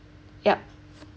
yup